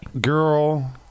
girl